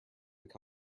cock